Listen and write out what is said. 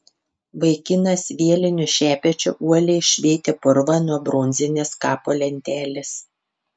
vaikinas vieliniu šepečiu uoliai šveitė purvą nuo bronzinės kapo lentelės